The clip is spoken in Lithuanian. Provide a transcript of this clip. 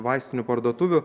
vaistinių parduotuvių